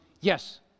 Yes